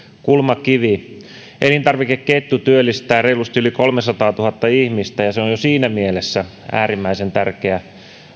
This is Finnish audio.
kulmakivi elintarvikeketju työllistää reilusti yli kolmesataatuhatta ihmistä ja se on jo siinä mielessä äärimmäisen tärkeä